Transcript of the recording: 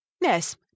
yes